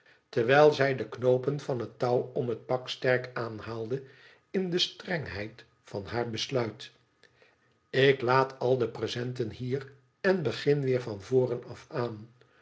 terwijl zij de knoopen van het touw om het pak sterk aanhaalde in de strengheid van haar besluit lik laat al de presenten hier en begin weer van voren af aan